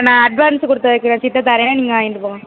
நான் அட்வான்ஸ் கொடுத்ததுக்கு ரெசிப்ட்டை தர்றேன் நீங்கள் வாங்கிட்டு போங்க